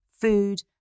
food